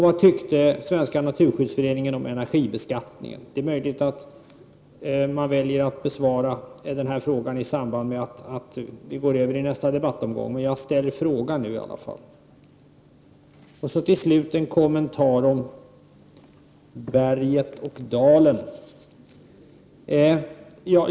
Vad tyckte Svenska naturskyddsföreningen om energibeskattningen? Det är möjligt att den frågan besvaras i samband med debatten om nästa ärende, men jag ställer i alla fall frågan nu. Till slut vill jag göra en kommentar om berget och dalen.